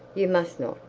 you must not,